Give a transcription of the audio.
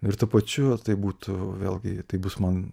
ir tuo pačiu tai būtų vėlgi tai bus man